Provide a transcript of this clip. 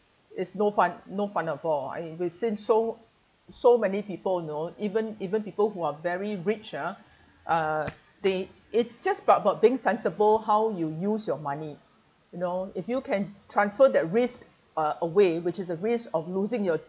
it's no fun no funded for I've been seen so so many people you know even even people who are very rich ah uh they it's just part about being sensible how you use your money you know if you can transfer that risk uh away which is a risk of losing your